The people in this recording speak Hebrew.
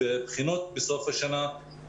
זאת אומרת,